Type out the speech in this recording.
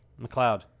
McLeod